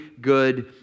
good